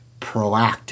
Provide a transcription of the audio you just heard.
proactive